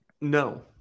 No